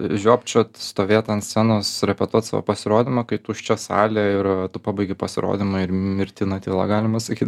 žiopčiot stovėt ant scenos repetuot savo pasirodymą kai tuščia salė ir tu pabaigi pasirodymą ir mirtina tyla galima sakyt